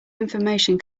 information